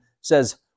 says